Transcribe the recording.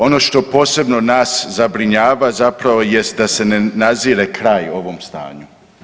Ono što posebno nas zabrinjava zapravo jest da se ne nazire kraj ovom stanju.